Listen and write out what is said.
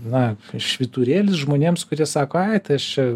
na švyturėlis žmonėms kurie sako ai tai aš čia